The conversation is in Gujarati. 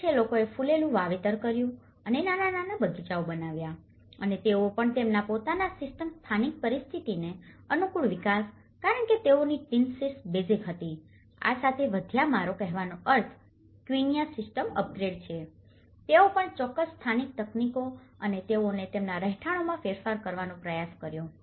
એક છે લોકોએ ફૂલોનુ વાવેતર કર્યું છે અને નાના બગીચાઓ બનાવ્યા છે અને તેઓ પણ તેમના પોતાના સિસ્ટમ સ્થાનિક પરિસ્થિતિને અનુકૂળ વિકાસ કારણ કે તેઓની ટીન શીટ્સ બેઝિક હતી આ સાથે વધ્યા મારો કહેવાનો અર્થ ક્વીન્ચા સિસ્ટમ અપગ્રેડ છે તેઓ પણ ચોક્કસ સ્થાનિક તકનીકો અને તેઓએ તેમના રહેઠાણોમાં ફેરફાર કરવાનો પ્રયાસ કરો